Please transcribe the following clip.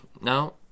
no